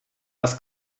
das